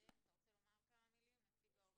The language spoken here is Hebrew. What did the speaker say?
זאב, אתה רוצה לומר כמה מילים, נציג ההורים?